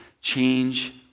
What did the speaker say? change